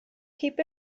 keep